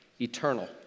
eternal